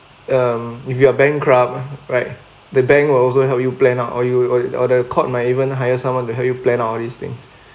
um if you are bankrupt right the bank will also help you plan out or you or the court might even hire someone to help you plan out all this thing